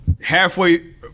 halfway